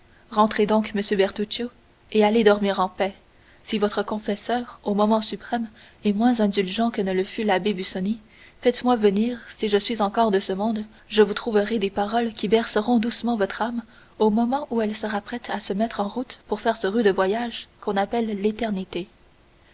rentrez donc monsieur bertuccio et allez dormir en paix si votre confesseur au moment suprême est moins indulgent que ne le fut l'abbé busoni faites-moi venir si je suis encore de ce monde je vous trouverai des paroles qui berceront doucement votre âme au moment où elle sera prête à se mettre en route pour faire ce rude voyage qu'on appelle l'éternité